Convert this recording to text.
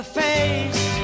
face